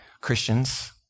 Christians